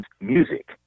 music